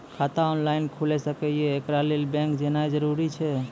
खाता ऑनलाइन खूलि सकै यै? एकरा लेल बैंक जेनाय जरूरी एछि?